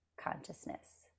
consciousness